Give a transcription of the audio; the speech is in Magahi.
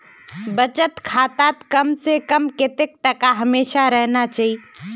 बचत खातात कम से कम कतेक टका हमेशा रहना चही?